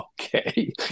okay